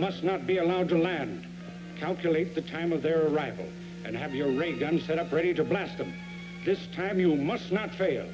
must not be allowed to land calculate the time of their arrival and have your a gun set up ready to blast them this time you must not fail